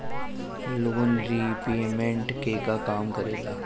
Loan repayment केगा काम करेला?